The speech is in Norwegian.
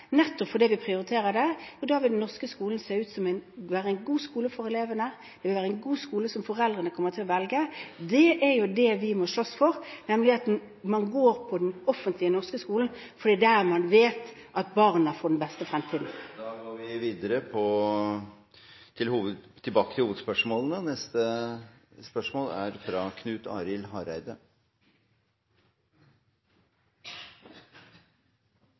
vi prioriterer det. Da vil den norske skolen være en god skole for elevene. Det vil være en god skole som foreldrene kommer til å velge. Det er det vi må slåss for, nemlig at man går på den offentlige norske skolen fordi det er der man vet at barna får den beste fremtiden. Vi går videre til neste hovedspørsmål. Eg synest statsministeren svarte veldig godt på